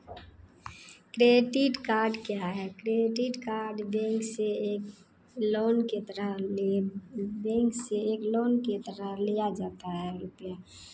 credit card क्या है credit card bank से एक लोन के तरह लोन बैंक से एक लोन के तरह लिया जाता है रुपैया